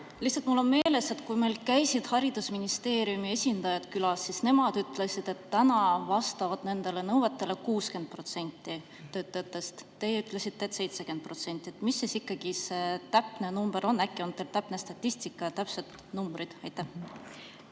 Lihtsalt mul on meeles, et kui meil käisid haridusministeeriumi esindajad külas, siis nemad ütlesid, et praegu vastab nendele nõuetele 60% töötajatest, teie ütlesite, et 70%. Mis siis ikkagi see õige number on? Äkki on teil täpne statistika ja täpsed numbrid? Aitäh!